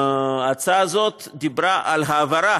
ההצעה הזאת דיברה על העברה